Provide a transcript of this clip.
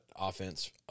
offense